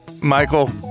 Michael